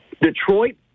detroit